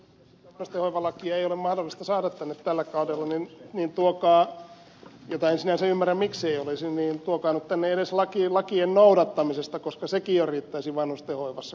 jos vanhustenhoivalakia ei ole mahdollista saada tänne tällä kaudella mitä en sinänsä ymmärrä miksi ei olisi niin tuokaa nyt tänne edes laki lakien noudattamisesta koska sekin jo riittäisi vanhustenhoivassa kohtuullisen pitkälle